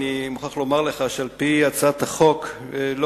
אני מוכרח לומר לך שעל-פי הצעת החוק לא